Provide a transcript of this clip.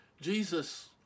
Jesus